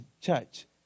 church